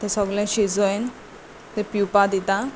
ते सगळें शिजयन तें पिवपा दितां